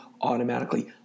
automatically